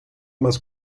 más